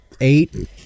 eight